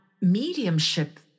mediumship